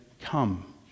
come